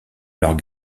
leurs